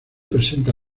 presenta